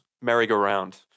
merry-go-round